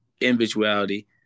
individuality